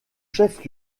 chef